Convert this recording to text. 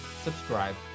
subscribe